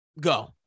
go